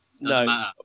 no